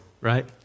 right